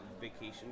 vacation